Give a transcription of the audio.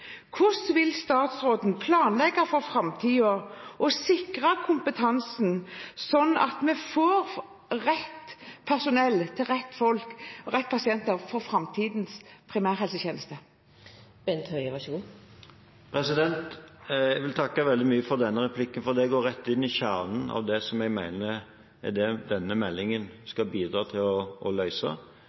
vil statsråden planlegge for framtiden og sikre kompetansen, slik at vi får rett personell til pasientene i framtidens primærhelsetjeneste? Jeg vil takke veldig mye for denne replikken, for det går rett inn i kjernen av det som jeg mener denne meldingen skal bidra til å løse. Jeg tror vi alle sammen erkjenner at det å